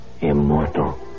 immortal